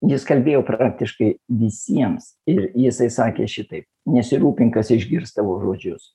jis kalbėjo praktiškai visiems ir jisai sakė šitaip nesirūpink kas išgirs tavo žodžius